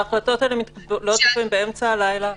ההחלטות האלה מתקבלות לפעמים באמצע הלילה.